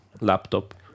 laptop